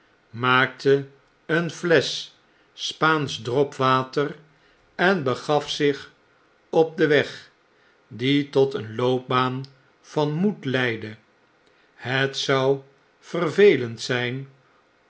maakte een flesch spaansch dropwater en begaf zich op den weg die tot een loopbaan van moed leidde het zou vervelend zijn